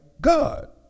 God